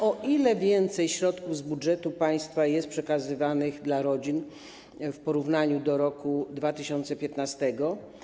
O ile więcej środków z budżetu państwa jest przekazywanych dla rodzin w porównaniu ze środkami w roku 2015?